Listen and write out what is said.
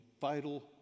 vital